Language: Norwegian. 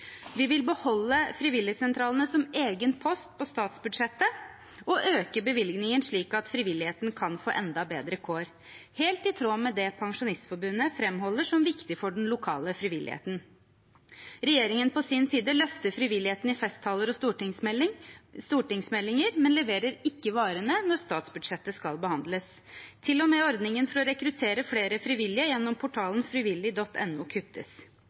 Vi vil beholde frivilligsentralene som egen post på statsbudsjettet og øke bevilgningen, slik at frivilligheten kan få enda bedre kår, helt i tråd med det Pensjonistforbundet framholder som viktig for den lokale frivilligheten. Regjeringen på sin side løfter frivilligheten i festtaler og stortingsmeldinger, men leverer ikke varene når statsbudsjettet skal behandles. Til og med ordningen for å rekruttere flere frivillige gjennom portalen frivillig.no kuttes.